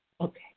Okay